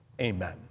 Amen